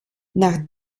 nach